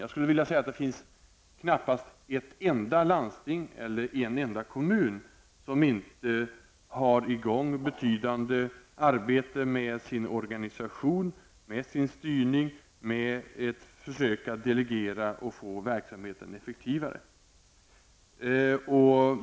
Jag skulle vilja säga att det knappast finns ett enda landsting eller en enda kommun som inte har i gång betydande arbete med sin organisation, med sin styrning, med försök att delegera och få verksamheten effektivare.